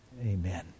amen